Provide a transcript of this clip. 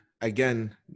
again